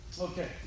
Okay